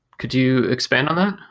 could you expand on that?